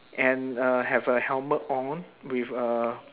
and uh have a helmet on with a